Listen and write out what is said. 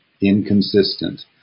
inconsistent